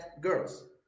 girls